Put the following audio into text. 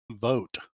vote